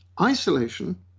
isolation